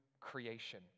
creation